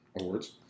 awards